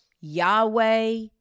Yahweh